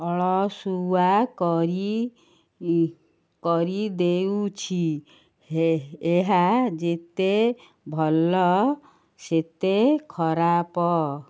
ଅଳସୁଆ କରି କରି ଦେଉଛି ହେ ଏହା ଯେତେ ଭଲ ସେତେ ଖରାପ